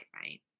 right